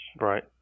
Right